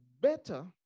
better